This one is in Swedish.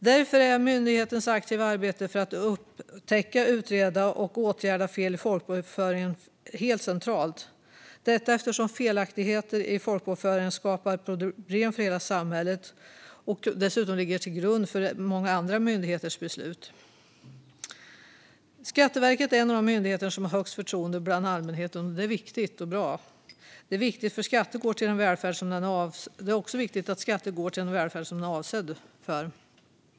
Därför är myndighetens aktiva arbete för att upptäcka, utreda och åtgärda fel i folkbokföringen helt centralt, detta eftersom felaktigheter i folkbokföringen skapar problem för hela samhället och dessutom ligger till grund för många andra myndigheters beslut. Skatteverket är en av de myndigheter som har högst förtroende bland allmänheten, vilket är viktigt och bra. Det är också viktigt att skatter går till den välfärd som de är avsedda för.